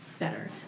better